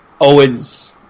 Owen's